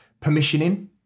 permissioning